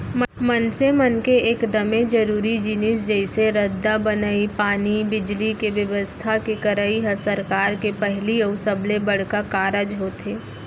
मनसे मन के एकदमे जरूरी जिनिस जइसे रद्दा बनई, पानी, बिजली, के बेवस्था के करई ह सरकार के पहिली अउ सबले बड़का कारज होथे